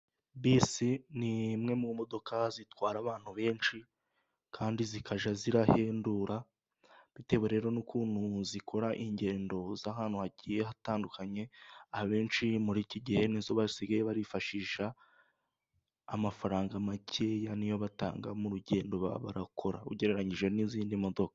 Bisi ni imwe mu modoka zitwara abantu benshi kandi zikajya zihendura bitewe rero n'ukuntu zikora ingendo z'ahantu hagiye hatandukanye abenshi muri iki gihe ni zo basigaye bifashisha. Amafaranga makeya ni yo batanga mu rugendo bakora ugereranyije n'izindi modoka.